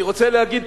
אני רוצה להגיד תודה.